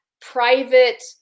private